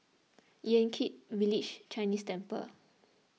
Yan Kit Village Chinese Temple